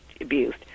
abused